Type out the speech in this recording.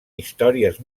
històries